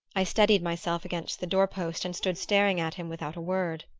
i steadied myself against the door-post and stood staring at him without a word.